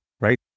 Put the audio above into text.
right